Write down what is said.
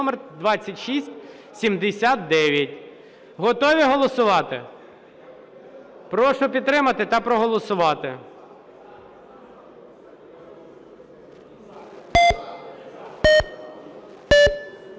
номер 3040а). Готові голосувати? Прошу підтримати та проголосувати.